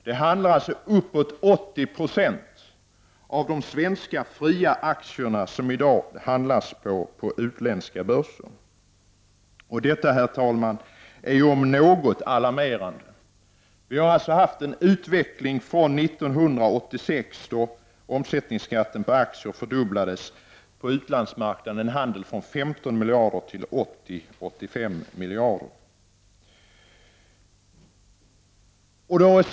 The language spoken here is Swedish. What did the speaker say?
Det handlas alltså med uppemot 80 20 av de svenska fria aktierna på utländska börser i dag. Detta, herr talman, är om något alarmerande. Från 1986, då omsättningsskatten på aktier fördubblades, har vi haft en utveckling av handeln på utlandsmarknaden från 15 till 80-85 miljarder.